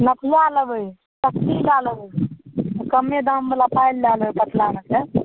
नथिआ लेबय लए लेबय कमे दामवला पायल लए लेबय पतलामे के